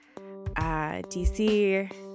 DC